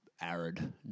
Arid